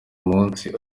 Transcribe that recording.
munsi